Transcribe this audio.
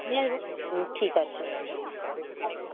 নিয়ে আসব ঠিক আছে আচ্ছা